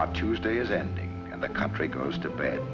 man tuesday is ending and the country goes to bed